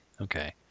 Okay